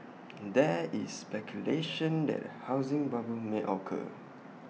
there is speculation that A housing bubble may occur